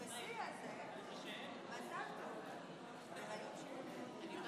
62. אני קובע כי